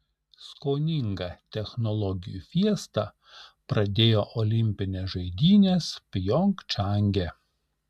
skoninga technologijų fiesta pradėjo olimpines žaidynes pjongčange